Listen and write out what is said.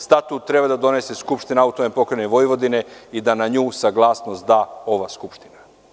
Statut treba da donese Skupština AP Vojvodine i da na nju saglasnost da ova skupština.